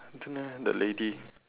I don't know eh the lady